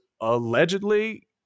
allegedly